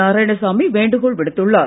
நாராயணசாமி வேண்டுகோள் விடுத்துள்ளார்